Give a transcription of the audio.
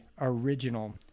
original